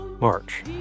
March